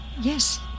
Yes